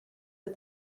but